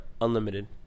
unlimited